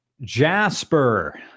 Jasper